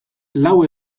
lau